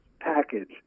package